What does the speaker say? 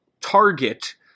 target